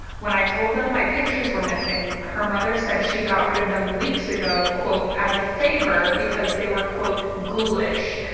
when i told them my pictures were missing, her mother said she got rid of them weeks ago, quote, as a favor because they were, quote, ghoulish.